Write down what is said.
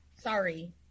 Sorry